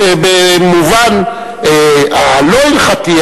במובן הלא-הלכתי,